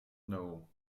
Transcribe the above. know